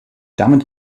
damit